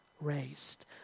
raised